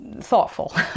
thoughtful